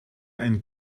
ein